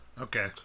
Okay